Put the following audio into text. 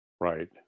Right